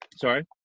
Sorry